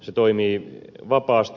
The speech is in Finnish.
se toimii vapaasti